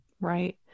Right